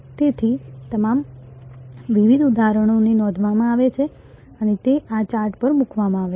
તેથી તમામ વિવિધ ઉદાહરણો નોંધવામાં આવે છે અને તે આ ચાર્ટ પર મૂકવામાં આવે છે